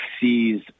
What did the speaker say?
sees